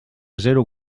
zero